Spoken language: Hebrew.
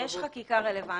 יש חקיקה רלוונטית,